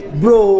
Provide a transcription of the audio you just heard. bro